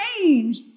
change